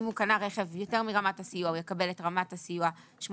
אם הוא קנה רכב יותר מרמת הסיוע הוא יקבל את רמת הסיוע 85/15,